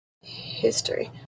history